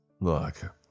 Look